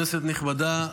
כנסת נכבדה,